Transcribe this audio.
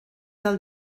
del